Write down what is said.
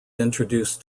introduced